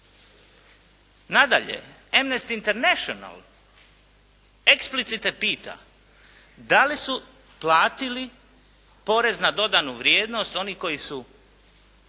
Nadalje, Emnest International explicite pita da li su platili porez na dodanu vrijednost oni koji su